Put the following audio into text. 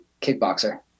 Kickboxer